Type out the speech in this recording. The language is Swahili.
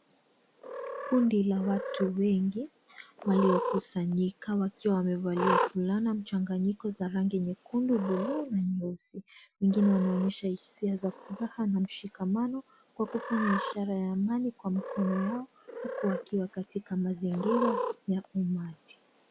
Kundi la watu wengi waliokusanyika wakiwa wamevalia fulana mchanganyiko za rangi nyekundu, bluu na nyeusi. Wengine wanaonyesha hisia za furaha na mshikamano kwa kufanya ishara ya amani kwa mkono yao. Huku wakiwa katika mazingira ya umati.